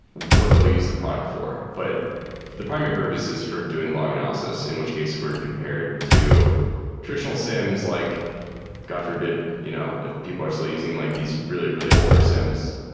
what they'll use the product for. but the primary purpose is for doing log analysis, in which case we're compared to traditional siems, like god forbid, you know if people are still using like these really, really older siems.